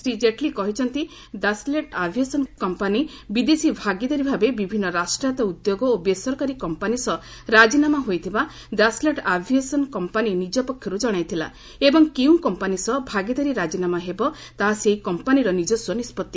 ଶ୍ରୀ ଜେଟ୍ଲୀ କହିଛନ୍ତି Dassault aviation company ବିଦେଶୀ ଭାଗିଦାରୀ ଭାବେ ବିଭିନ୍ନ ରାଷ୍ଟ୍ରାୟତ୍ତ ଉଦ୍ୟୋଗ ଓ ବେସରକାରୀ କମ୍ପାନୀ ସହ ରାଜିନାମା ହୋଇଥିବା ଦାସଲ୍ଟ ଆଭିଏସନ୍ କମ୍ପାନୀ ନିଜ ପକ୍ଷରୁ ଜଣାଇଥିଲା ଏବଂ କେଉଁ କମ୍ପାନୀ ସହ ଭାଗିଦାରୀ ରାଜିନାମା ହେବ ତାହା ସେହି କମ୍ପାନୀର ନିଜସ୍ୱ ନିଷ୍ପଭି